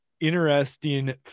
interesting